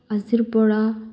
আজিৰপৰা